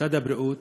במשרד הבריאות,